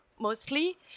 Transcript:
mostly